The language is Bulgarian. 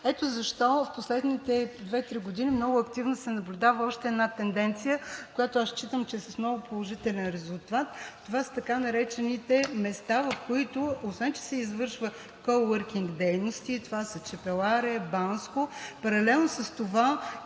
Ето защо в последните две три години много активно се наблюдава още една тенденция, която аз считам, че е с много положителен резултат. Това са така наречените места, в които, освен че се извършва коуъркинг дейности, това са Чепеларе, Банско, паралелно с това те